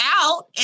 out